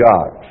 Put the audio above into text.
God